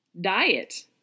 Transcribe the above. Diet